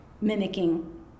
mimicking